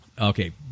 Okay